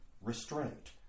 restraint